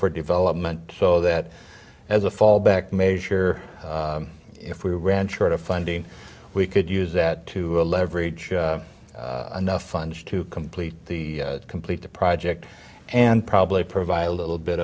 for development so that as a fallback measure if we ran short of funding we you could use that to a leverage enough funds to complete the complete the project and probably provide a little bit